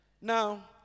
Now